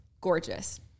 gorgeous